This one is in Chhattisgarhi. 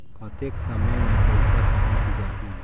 कतेक समय मे पइसा पहुंच जाही?